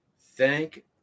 thank